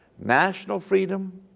national freedom,